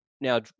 now